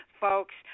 Folks